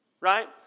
right